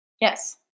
Yes